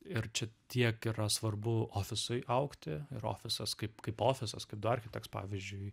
ir čia tiek yra svarbu ofisui augti ir ofisas kaip kaip ofisas kaip du architekts pavyzdžiui